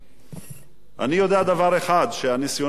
אני יודע דבר אחד, שניסיונות ההשתלטות